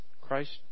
Christ